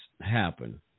happen